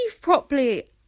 properly